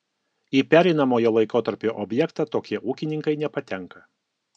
į pereinamojo laikotarpio objektą tokie ūkininkai nepatenka